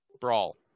brawl